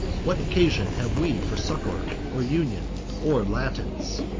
what occasion have we for succor, or union, or latins?